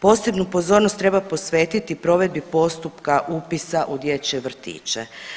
Posebnu pozornost treba posvetiti provedbi postupka upisa u dječje vrtiće.